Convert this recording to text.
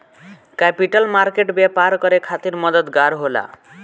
capital market व्यापार करे खातिर मददगार होला